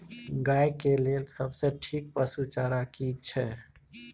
गाय के लेल सबसे ठीक पसु चारा की छै?